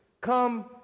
come